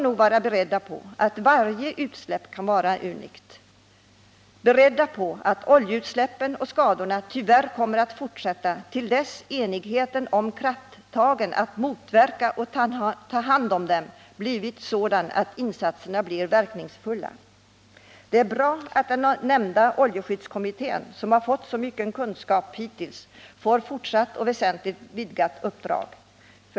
Vi får vara beredda på att varje utsläpp kan vara unikt och att oljeutsläppen och skadorna tyvärr kommer att upprepas till dess att enigheten om att vi måste ta krafttag för att kunna motverka och ta hand om oljeutsläppen blivit sådan att insatserna blir verkningsfulla. Det är bra att den nämnda oljeskyddskommittén, som redan skaffat sig så mycken kunskap, får fortsätta och att den får väsentligt mer omfattande uppdrag.